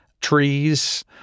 trees